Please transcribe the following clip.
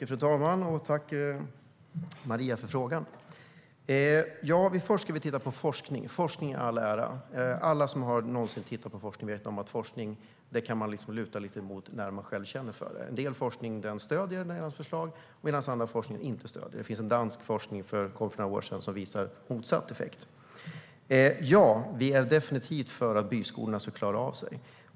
Fru talman! Jag tackar Maria för frågan. Forskning i all ära, men alla vet att forskning är något man kan luta sig mot när man känner för det. En del forskning stöder det egna förslaget medan annan forskning inte gör det. För några år sedan kom det dansk forskning som visade motsatt effekt. Ja, vi är definitivt för att byskolorna ska klara sig.